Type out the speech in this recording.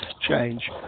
change